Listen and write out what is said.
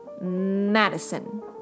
Madison